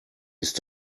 ist